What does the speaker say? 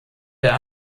der